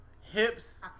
Hips